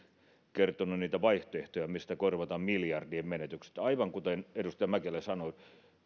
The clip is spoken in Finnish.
kertonut niitä vaihtoehtoja millä korvata miljardien menetykset aivan kuten edustaja mäkelä sanoi